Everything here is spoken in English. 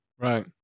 right